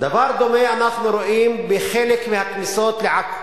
דבר דומה אנחנו רואים בחלק מהכניסות לעכו,